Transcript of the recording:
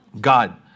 God